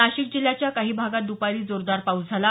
नाशिक जिल्ह्याच्या काही भागात दपारी जोरदार पाऊस झाला